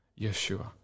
Yeshua